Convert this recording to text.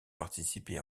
participé